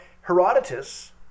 Herodotus